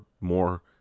more